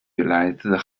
来自